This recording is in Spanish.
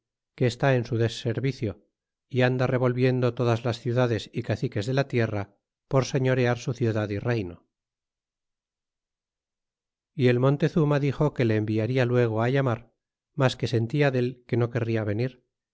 que está en su deservicio y anda revolviendo todas las ciudades y caciques de la tierra por señorear su ciudad é reyno y el montezuma dixo que le enviarla lucgo llamar mas que sentia del que no querria venir